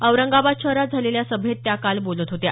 औरंगाबाद शहरात झालेल्या सभेत त्या बोलत होत्या